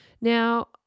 Now